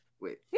Wait